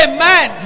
Amen